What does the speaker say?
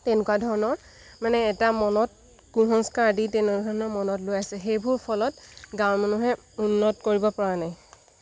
তেনেকুৱা ধৰণৰ মানে এটা মনত কুসংস্কাৰ আদি তেনেকুৱা ধৰণৰ মনত লৈ আছে সেইবোৰ ফলত গাঁৱৰ মানুহে উন্নত কৰিব পৰা নাই